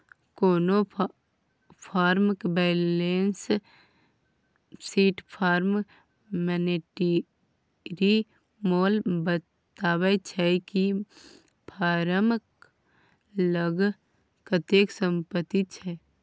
कोनो फर्मक balance sheet फर्मक मानेटिरी मोल बताबै छै कि फर्मक लग कतेक संपत्ति छै